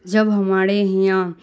جب ہمارے یہاں